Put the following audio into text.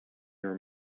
your